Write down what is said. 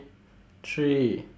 three